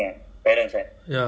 kerja ah